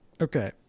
okay